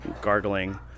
gargling